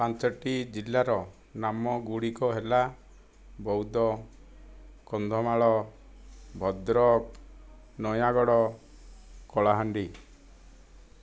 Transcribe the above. ପାଞ୍ଚଟି ଜିଲ୍ଲାର ନାମ ଗୁଡ଼ିକ ହେଲା ବୌଦ୍ଧ କନ୍ଧମାଳ ଭଦ୍ରକ ନୟାଗଡ଼ କଳାହାଣ୍ଡି